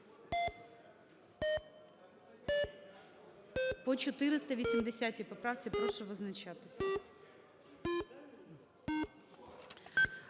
По 480-й… поправці прошу визначатись.